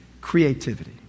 creativity